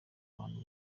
bantu